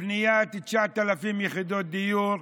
בניית 9,000 יחידות דיור.